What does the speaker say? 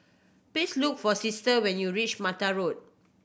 please look for Sister when you reach Mata Road